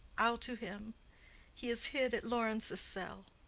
i'll to him he is hid at laurence' cell.